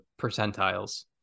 percentiles